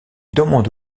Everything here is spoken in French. demande